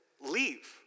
leave